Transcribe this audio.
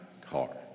car